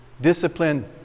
discipline